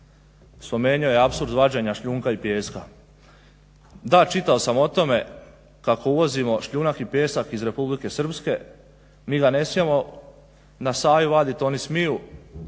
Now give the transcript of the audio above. spomenuo je apsurd vađenja šljunka i pijeska. Da, čitao sam o tome kako uvozimo šljunak i pijesak iz Republike Srpske, mi ga ne smijemo na Savi vaditi a oni smiju.